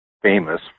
Famous